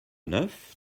neuf